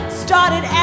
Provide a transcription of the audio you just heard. started